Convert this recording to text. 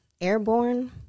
airborne